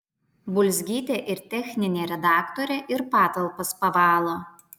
bulzgytė ir techninė redaktorė ir patalpas pavalo